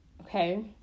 Okay